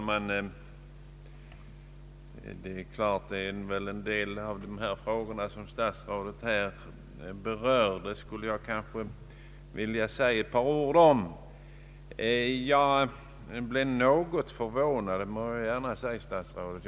Herr talman! Jag skulle vilja ta upp några av de frågor som statsrådet berörde.